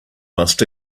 must